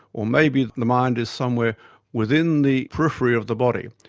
or maybe, the mind is somewhere within the periphery of the body.